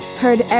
heard